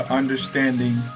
understanding